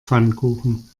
pfannkuchen